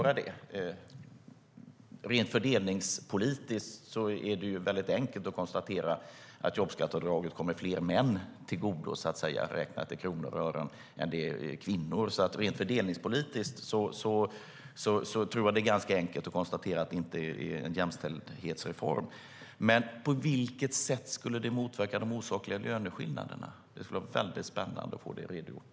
Rent fördelningspolitiskt är det enkelt att konstatera att jobbskatteavdraget kommer fler män till godo, räknat i kronor och ören, än kvinnor. Rent fördelningspolitiskt tror jag att det är ganska enkelt att konstatera att det inte är en jämställdhetsreform. På vilket sätt skulle det motverka de osakliga löneskillnaderna? Det skulle vara mycket spännande att få det redovisat.